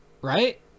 Right